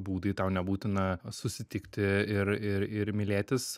būdai tau nebūtina susitikti ir ir ir mylėtis